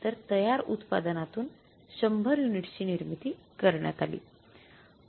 तर तयार उत्पादनातून १०० युनिट्सची निर्मिती करण्यात आली